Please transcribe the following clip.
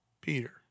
Peter